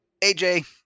AJ